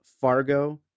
Fargo